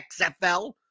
XFL